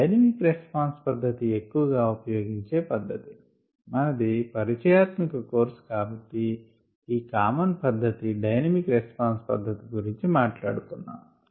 dynamic response పధ్ధతి ఎక్కువగా ఉపయోగించే పధ్ధతి మనది పరిచయాత్మక కోర్స్ కాబట్టి ఈ కామన్ పధ్ధతి డైనమిక్ రెస్పాన్స్ పధ్ధతి గురించి మాట్లాడుకుందాము